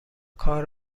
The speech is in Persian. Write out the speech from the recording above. کار